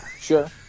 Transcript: Sure